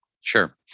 Sure